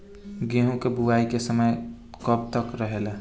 गेहूँ के बुवाई के समय कब तक रहेला?